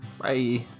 Bye